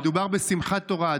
מדובר בשמחת תורה,